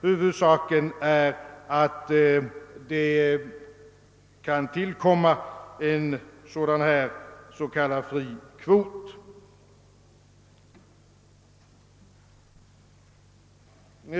Huvudsaken är att det tillkommer en sådan här s.k. fri kvot.